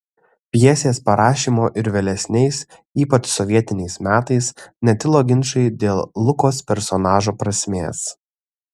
pjesės parašymo ir vėlesniais ypač sovietiniais metais netilo ginčai dėl lukos personažo prasmės